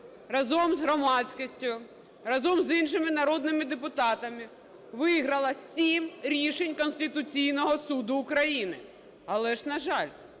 разом з громадськістю, разом з іншими народними депутатами, виграла 7 рішень Конституційного Суду України. Але ж, на жаль,